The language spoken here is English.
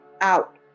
out